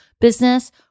business